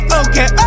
okay